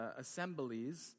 assemblies